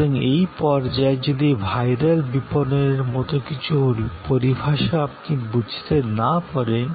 সুতরাং এই পর্যায়ে যদি ভাইরাল বিপণনের মতো কিছু পরিভাষা আপনি বুঝতে না পারেন